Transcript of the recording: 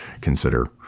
consider